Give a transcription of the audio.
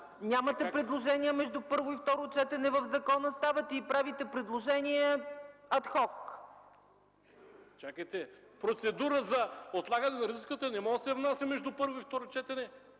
Нямате предложение между първо и второ четене в закона, ставате и правите предложение ад хок. ЧЕТИН КАЗАК: Чакайте, процедура за отлагане на разискванията не може да се внася между първо и второ четене.